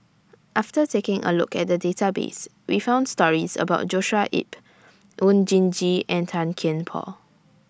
after taking A Look At The Database We found stories about Joshua Ip Oon Jin Gee and Tan Kian Por